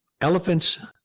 Elephants